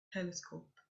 telescope